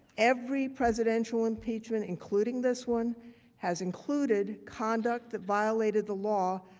every presidential impeachment including this one has included conduct that violated the law.